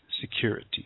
security